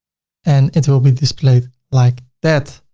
and it will be displayed like that.